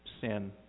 sin